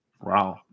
Wow